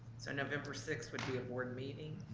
so november six would be a board meeting?